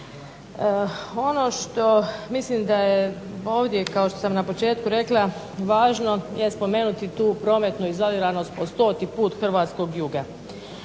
Ono što mislim da je ovdje, kao što sam na početku rekla važno, je spomenuti tu prometnu izoliranost po stoti put hrvatskog juga.